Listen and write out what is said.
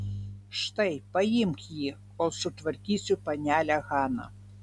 štai paimk jį kol sutvarkysiu panelę haną